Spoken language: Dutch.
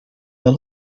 wel